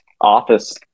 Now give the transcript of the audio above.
office